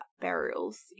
burials